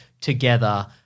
together